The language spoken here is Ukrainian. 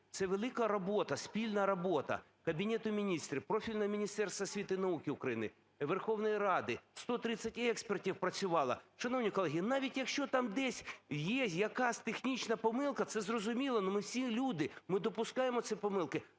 Це велика робота, спільна робота Кабінету Міністрів, профільного Міністерства освіти і науки України, Верховної Ради, 130 експертів працювало. Шановні колеги, навіть якщо там десь є якась технічна помилка, це зрозуміло, ну ми всі – люди, ми допускаємо ці помилки.